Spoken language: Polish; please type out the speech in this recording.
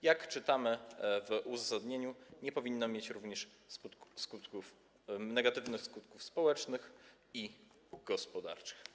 Jak czytamy w uzasadnieniu, nie powinno mieć również negatywnych skutków społecznych i gospodarczych.